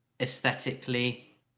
aesthetically